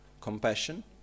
compassion